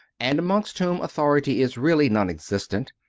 and amongst whom authority is, really, non-existent,